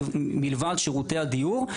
מלבד שירותי הדיור.